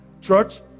Church